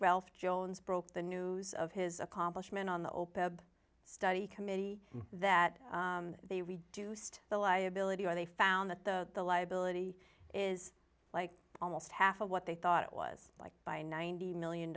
wealth jones broke the news of his accomplishment on the open study committee that they reduced the liability or they found that the the liability is like almost half of what they thought it was like by ninety million